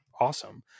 awesome